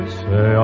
say